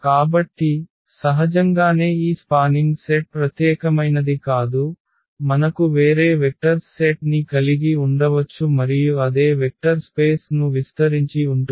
కాబట్టి సహజంగానే ఈ స్పానింగ్ సెట్ ప్రత్యేకమైనది కాదు మనకు వేరే వెక్టర్స్ సెట్ ని కలిగి ఉండవచ్చు మరియు అదే వెక్టర్ స్పేస్ ను విస్తరించి ఉంటుంది